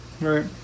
Right